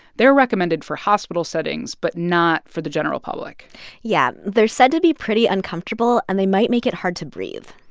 they're recommended for hospital settings but not for the general public yeah. they're said to be pretty uncomfortable, and they might make it hard to breathe.